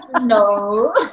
no